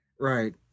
Right